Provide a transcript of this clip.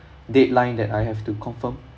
deadline that I have to confirm